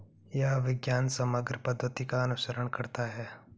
यह विज्ञान समग्र पद्धति का अनुसरण करता है